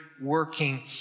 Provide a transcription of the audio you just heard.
working